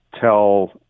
tell